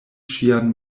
ŝian